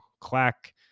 Clack